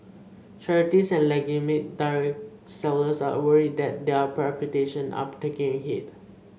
charities and legitimate direct sellers are worried that their reputation are taking a hit